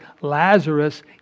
Lazarus